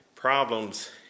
problems